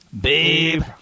Babe